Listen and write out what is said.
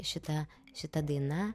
šita šita daina